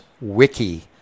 Wiki